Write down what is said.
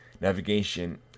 navigation